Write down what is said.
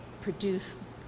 produce